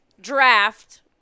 draft